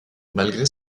malgré